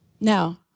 Now